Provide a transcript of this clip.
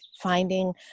finding